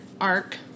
arc